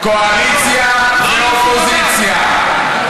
קואליציה ואופוזיציה,